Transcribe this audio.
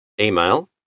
Email